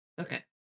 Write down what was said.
Okay